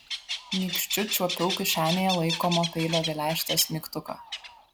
nykščiu čiuopiau kišenėje laikomo peilio geležtės mygtuką